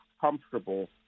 comfortable